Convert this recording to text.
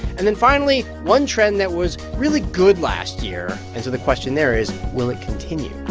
and then finally, one trend that was really good last year, and so the question there is, will it continue?